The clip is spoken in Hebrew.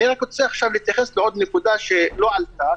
אני רוצה להתייחס לעוד נקודה שלא עלתה.